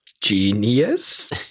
genius